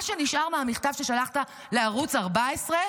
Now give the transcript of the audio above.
מה שנשאר מהמכתב ששלחת לערוץ 14,